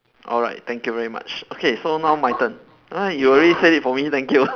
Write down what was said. alright thank you very much okay so now my turn uh you already said it for me thank you